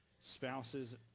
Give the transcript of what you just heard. spouses